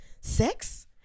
sex